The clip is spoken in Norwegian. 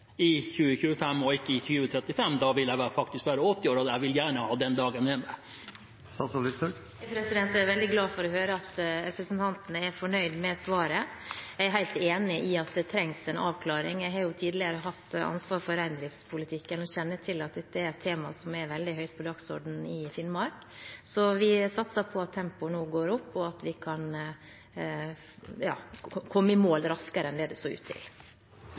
i 2025 og ikke i 2035. Da vil jeg faktisk være 80 år, og jeg vil gjerne få med meg den dagen. Jeg er veldig glad for å høre at representanten er fornøyd med svaret. Jeg er helt enig i at det trengs en avklaring. Jeg har tidligere hatt ansvar for reindriftspolitikken og kjenner til at dette er et tema som er veldig høyt på dagsordenen i Finnmark. Så vi satser på at tempoet nå går opp, og at vi kan komme i mål raskere enn det så ut til.